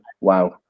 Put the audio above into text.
Wow